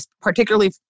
particularly